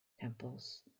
temples